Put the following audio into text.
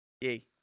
yay